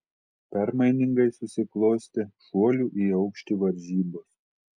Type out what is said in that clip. permainingai susiklostė šuolių į aukštį varžybos